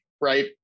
right